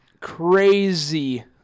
crazy